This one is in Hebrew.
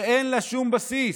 שאין לה שום בסיס,